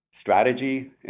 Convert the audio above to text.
strategy